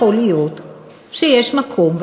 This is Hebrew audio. יכול להיות שיש מקום,